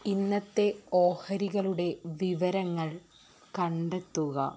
ഇന്നത്തെ ഓഹരികളുടെ വിവരങ്ങൾ കണ്ടെത്തുക